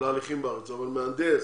ולהליכים בארץ, אבל מהנדס,